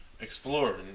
explore